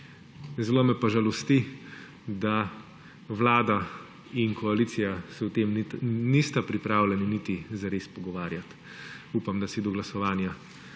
Zelo me pa žalosti, da Vlada in koalicija se o tem nista pripravljeni niti zares pogovarjati. Upam, da si do glasovanja